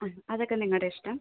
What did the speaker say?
ആ അതൊക്കെ നിങ്ങളുടെ ഇഷ്ടം